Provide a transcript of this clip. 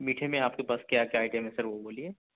میٹھے آپ کے پاس کیا آئٹم ہے سر وہ بولیے